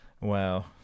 Wow